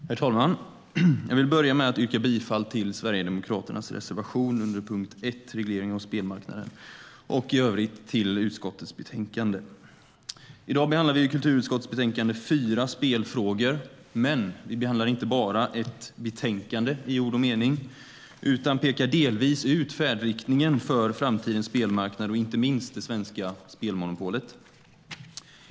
Herr talman! Jag vill börja med att yrka bifall till Sverigedemokraternas reservation under punkt 1 om reglering av spelmarknaden och i övrigt bifall till förslaget i utskottets betänkande., men vi behandlar inte bara ett betänkande i ord och mening, utan pekar delvis ut färdriktningen för framtidens spelmarknad och inte minst det svenska spelmonopolet.